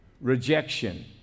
rejection